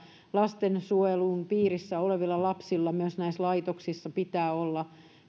lastensuojelun piirissä olevilla lapsilla myös laitoksissa pitää olla